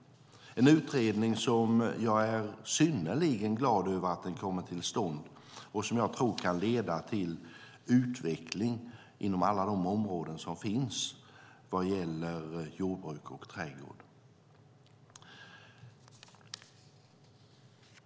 Det är en utredning som jag är synnerligen glad över och som jag tror kan leda till utveckling inom alla de områden som finns vad gäller jordbruk och trädgård.